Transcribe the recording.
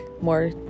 more